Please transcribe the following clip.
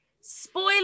spoiler